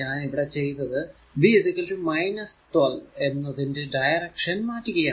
ഞാൻ ഇവിടെ ചെയ്തത് V 12 എന്നതിന്റെ ഡയറക്ഷൻ മാറ്റുകയാണ്